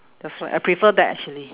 that's why I prefer that actually